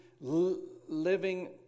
living